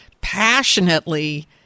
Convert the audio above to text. passionately